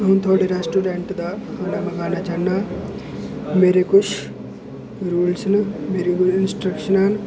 अ'ऊं थुआढ़ै रेस्टोरैंट दा खाना मंगाना चाह्न्नां मेरे किश रूल्स न मेरियां किश इंस्ट्रक्शनां न